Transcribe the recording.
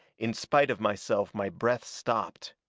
in spite of myself my breath stopped.